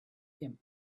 him